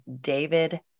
David